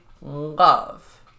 love